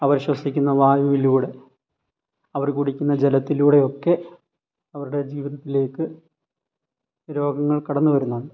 അവർ ശ്വസിക്കുന്ന വായുവിലൂടെ അവർ കുടിക്കുന്ന ജലത്തിലൂടെയൊക്കെ അവരുടെ ജീവിതത്തിലേക്ക് രോഗങ്ങൾ കടന്നു വരുന്നതാണ്